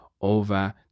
over